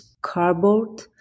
cardboard